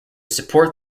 support